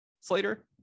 Slater